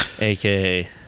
aka